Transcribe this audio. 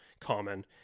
common